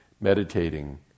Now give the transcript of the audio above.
meditating